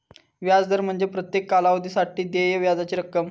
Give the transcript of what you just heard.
व्याज दर म्हणजे प्रत्येक कालावधीसाठी देय व्याजाची रक्कम